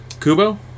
Kubo